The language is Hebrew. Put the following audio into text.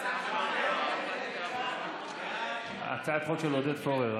הצעת החוק של עודד פורר.